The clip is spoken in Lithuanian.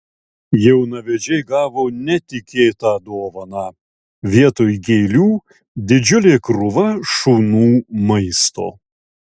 jaunavedžiai gavo netikėtą dovaną vietoj gėlių didžiulė krūva šunų maisto